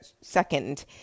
second